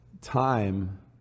time